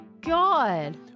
god